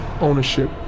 ownership